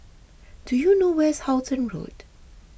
do you know where is Halton Road